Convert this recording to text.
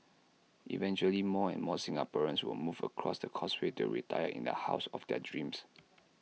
eventually more and more Singaporeans will move across the causeway to retire in the house of their dreams